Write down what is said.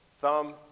thumb